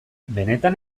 benetan